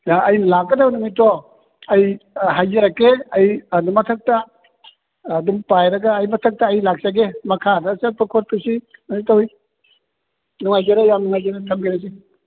ꯑꯩ ꯂꯥꯛꯀꯗꯕ ꯅꯨꯃꯤꯠꯇꯣ ꯑꯩ ꯍꯥꯏꯖꯔꯛꯀꯦ ꯑꯩ ꯑꯗꯨꯝ ꯃꯊꯛꯇ ꯑꯗꯨꯝ ꯄꯥꯏꯔꯒ ꯑꯩ ꯃꯊꯛꯇ ꯑꯩ ꯂꯥꯛꯆꯒꯦ ꯃꯈꯥꯗ ꯆꯠꯄ ꯈꯣꯠꯄꯁꯤ ꯀꯩꯅꯣ ꯇꯧꯏ ꯅꯨꯡꯉꯥꯏꯖꯔꯦ ꯌꯥꯝ ꯅꯨꯡꯉꯥꯏꯖꯔꯦ ꯊꯝꯖꯔꯒꯦ